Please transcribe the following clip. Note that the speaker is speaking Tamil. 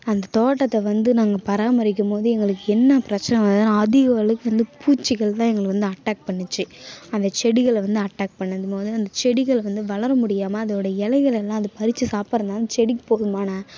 அந்த தோட்டத்தை வந்து நாங்கள் பராமரிக்கும் போது எங்களுக்கு என்ன பிரச்சின வருதுனா அதிக விளைக்கு வந்து பூச்சிகள் தான் எங்களை வந்து அட்டாக் பண்ணிச்சு அந்த செடிகளை வந்து அட்டாக் பண்ணும் போது அந்த செடிகளை வந்து வளர முடியாமல் அதோடய இலைகளெல்லாம் அது பறித்து சாப்பிடுறதனால அந்த செடிக்கு போதுமான